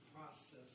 process